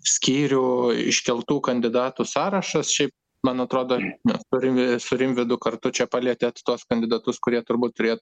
skyrių iškeltų kandidatų sąrašas šiaip man atrodo mes turim su rimvydu kartu čia palietėt tuos kandidatus kurie turbūt tie